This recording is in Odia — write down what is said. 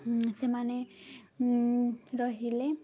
ସେମାନେ ରହିଲେ